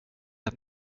att